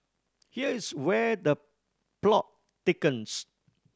here is where the plot thickens